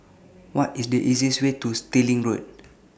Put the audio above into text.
What IS The easiest Way to Stirling Road